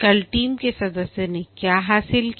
कल टीम के सदस्य ने क्या हासिल किया